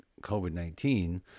COVID-19